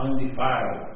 undefiled